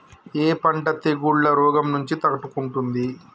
ఏ పంట తెగుళ్ల రోగం నుంచి తట్టుకుంటుంది?